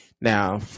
Now